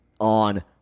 on